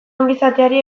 ongizateari